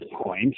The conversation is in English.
point